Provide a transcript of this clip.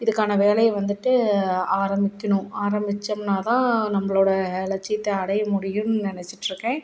இதுக்கான வேலையை வந்துட்டு ஆரம்பிக்கணும் ஆரம்பிச்சோம்னாதான் நம்பளோடய லட்சியத்தை அடைய முடியும்னு நினச்சிட்ருக்கேன்